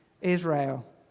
Israel